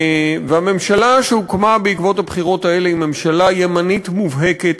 והממשלה שהוקמה בעקבות הבחירות האלה היא ממשלה ימנית מובהקת,